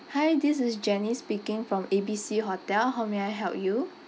hi this is jenny speaking from A B C hotel how may I help you